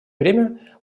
время